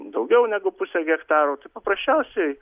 daugiau negu pusę hektaro tai paprasčiausiai